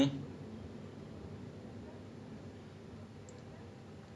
well I lost it when I was thirteen I never got a console again until last year